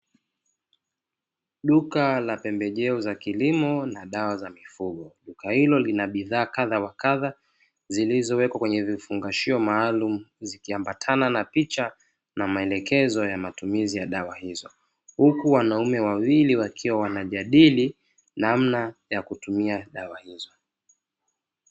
Duka la pembejeo za kilimo na dawa za mifugo, duka hilo lina bidhaa kadha wa kadha zilizowekwa kwenye vifungashio maalumu zikiambatana na picha na maelekezo ya matumizi ya dawa hizo. Huku wanaume wawili wakiwa wanajadili namna ya kutumia dawa hizo.